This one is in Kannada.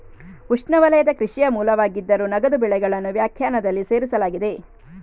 ಉಷ್ಣವಲಯದ ಕೃಷಿಯ ಮೂಲವಾಗಿದ್ದರೂ, ನಗದು ಬೆಳೆಗಳನ್ನು ವ್ಯಾಖ್ಯಾನದಲ್ಲಿ ಸೇರಿಸಲಾಗಿದೆ